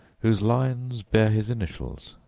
whose lines bear his initials.